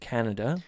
Canada